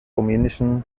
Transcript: rumänischen